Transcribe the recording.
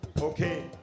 Okay